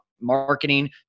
marketing